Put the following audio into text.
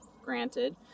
Granted